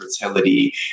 fertility